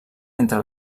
entre